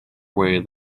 away